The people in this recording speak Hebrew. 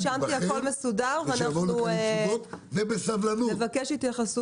רשמתי הכול מסודר, ואנחנו נבקש התייחסות.